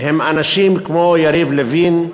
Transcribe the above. הם אנשים כמו יריב לוין,